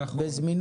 זה מופיע בחוק.